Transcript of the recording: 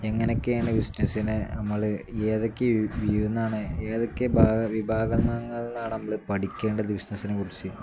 എങ്ങനൊക്കെയാണ് ബിസിനസ്സിനെ നമ്മൾ ഏതൊക്കെ വ്യു എന്നാണ് ഏതൊക്കെ ഭാഗത്ത് വിഭാഗങ്ങളിൽ നിന്നാണ് നമ്മൾ പഠിക്കേണ്ടത് ബിസിനസ്സിനെക്കുറിച്ച്